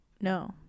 No